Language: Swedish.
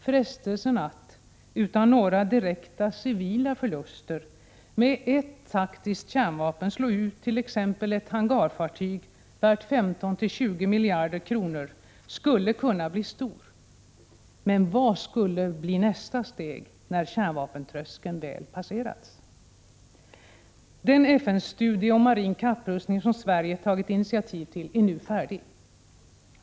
Frestelsen att, utan några direkta civila förluster, med ett taktiskt kärnvapen slå ut t.ex. ett hangarfartyg värt 15-20 miljarder kronor skulle kunna bli stor. Men vad skulle bli nästa steg när kärnvapentröskeln väl passerats? Den FN-studie om marin kapprustning som Sverige tagit initiativ till är nu färdig.